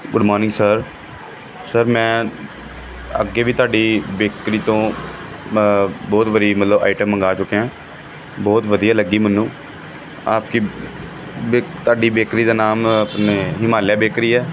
good morning sir sir ਮੈਂ ਅੱਗੇ ਵੀ ਤੁਹਾਡੀ ਬੇਕਰੀ ਤੋਂ ਬਹੁਤ ਵਾਰ ਮਤਲਬ ਆਈਟਮ ਮੰਗਵਾ ਚੁੱਕਿਆਂ ਬਹੁਤ ਵਧੀਆ ਲੱਗੀ ਮੈਨੂੰ ਆਪ ਜੀ ਬੇਕ ਤੁਹਾਡੀ ਬੇਕਰੀ ਦਾ ਨਾਮ ਆਪਣੇ ਹਿਮਾਲਿਆ ਬੇਕਰੀ ਹੈ